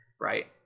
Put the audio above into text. right